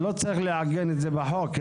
לא צריך לעגן את זה בחוק.